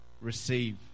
receive